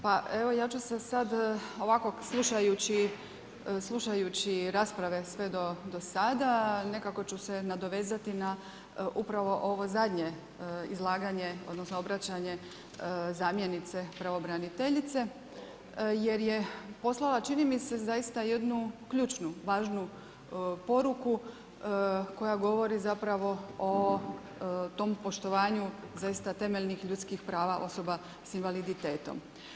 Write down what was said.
Pa evo, ja ću se sad ovako slušajući rasprave sve do sada, nekako ću se nadovezati na upravo ovo zadnje izlaganje, odnosno obraćanje zamjenice pravobraniteljice jer poslala, čini mi se, zaista jednu ključnu važnu poruku koja govori zapravo o tom poštovanju zaista temeljnih ljudskih prava osoba s invaliditetom.